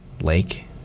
lake